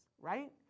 right